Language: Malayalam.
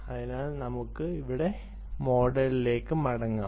അതിനാൽ നമുക്ക് ഇവിടെ മോഡലിലേക്ക് മടങ്ങാം